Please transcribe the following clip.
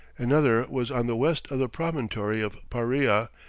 another was on the west of the promontory of paria,